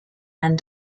and